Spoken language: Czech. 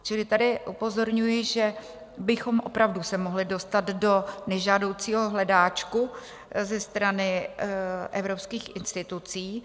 Čili tady upozorňuji, že bychom opravdu se mohli dostat do nežádoucího hledáčku ze strany evropských institucí.